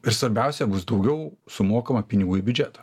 ir svarbiausia bus daugiau sumokama pinigų į biudžetą